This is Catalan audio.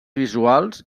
visuals